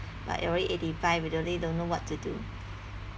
but already eighty five we really don't know what to do